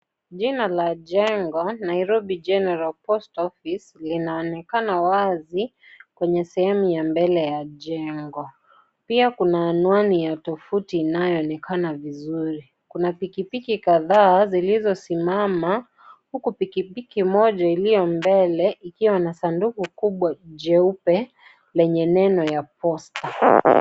Jina la jengo Nairobi General Post Office linaonekana wazi kwenye sehemu ya mbele ya jengo, pia kuna anwani ya tovuti inayoonekana vizuri. Kuna pikipiki kadhaa zilizosimama huku pikipiki moja iliyo mbele ikiwa na sanduku kubwa jeupe lenye neno ya poster .